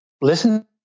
listen